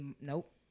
Nope